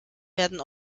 werden